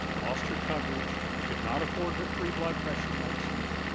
lost her coverage, could not afford her three blood pressure medicines,